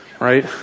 right